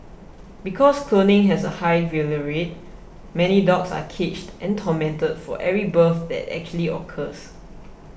because cloning has a high failure rate many dogs are caged and tormented for every birth that actually occurs